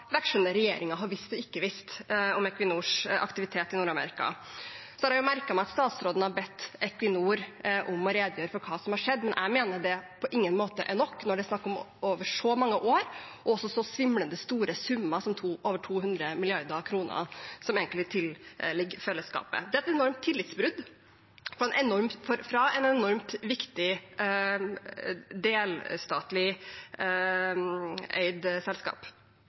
har visst og ikke visst om Equinors aktivitet i Nord-Amerika. Jeg har merket meg at statsråden har bedt Equinor om å redegjøre for hva som har skjedd, men jeg mener det på ingen måte er nok når det er snakk om så mange år og også så svimlende store summer som over 200 mrd. kr, som egentlig tilligger fellesskapet. Det er et enormt tillitsbrudd fra et enormt viktig statlig deleid selskap. Er statsråden enig i at en